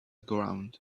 ground